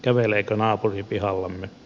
käveleekö naapuri pihallamme